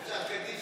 אפשר קדיש